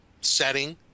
setting